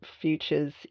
futures